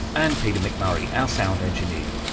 and peter mcmurray, our sound engineer.